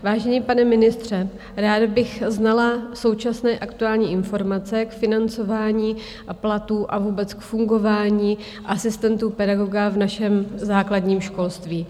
Vážený pane ministře, ráda bych znala současné aktuální informace k financování platů a vůbec k fungování asistentů pedagoga v našem základním školství.